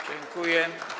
Dziękuję.